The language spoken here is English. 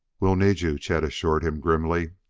we'll need you, chet assured him grimly.